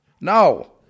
no